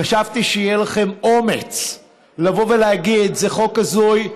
חשבתי שיהיה לכם אומץ לבוא ולהגיד: זה חוק הזוי,